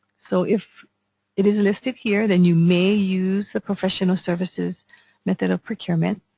so if it is listed here then you may use the professional services method of procurement